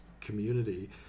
community